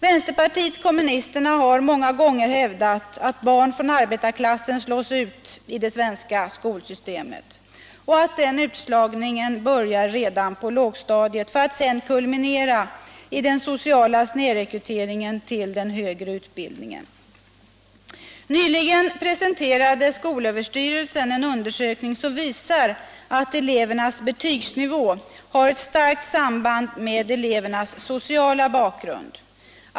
Vänsterpartiet kommunisterna har många gånger hävdat att barn från arbetarklassen slås ut i det svenska skolsystemet och den utslagningen börjar redan på lågstadiet för att sedan kulminera i den sociala snedrekryteringen till den högre utbildningen. 1 Nyligen presenterade SÖ en undersökning som visar att elevernas betygsnivå har ett starkt samband med elevernas sociala bakgrund.